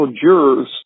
jurors